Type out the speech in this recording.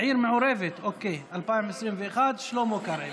בעיר מעורבת, התשפ"א 2021, שלמה קרעי.